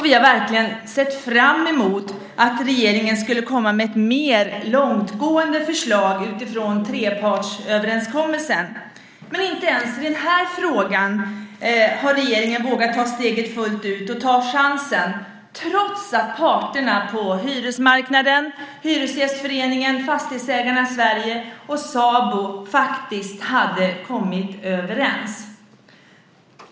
Vi har verkligen sett fram emot att regeringen skulle komma med ett mer långtgående förslag utifrån trepartsöverenskommelsen. Men inte ens i den här frågan har regeringen vågat ta steget fullt ut och ta chansen, trots att parterna på hyresmarknaden - Hyresgästföreningen, Fastighetsägarna Sverige och SABO - faktiskt hade kommit överens.